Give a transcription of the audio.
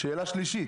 שאלה שלישי